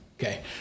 Okay